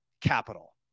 capital